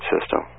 system